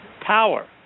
power